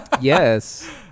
Yes